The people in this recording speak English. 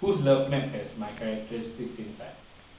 whose love map has my characteristics inside